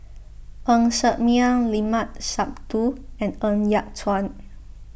Ng Ser Miang Limat Sabtu and Ng Yat Chuan